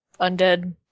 Undead